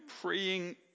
praying